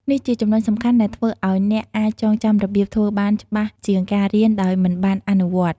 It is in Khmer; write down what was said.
នេះជាចំណុចសំខាន់ដែលធ្វើឲ្យអ្នកអាចចងចាំរបៀបធ្វើបានច្បាស់ជាងការរៀនដោយមិនបានអនុវត្ត ។